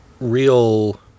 real